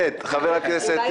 פשוט דאגנו לך.